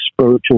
spiritual